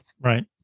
Right